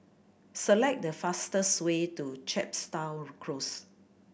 select the fastest way to Chepstow Close